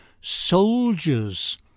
soldiers